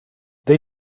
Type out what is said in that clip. they